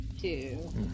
two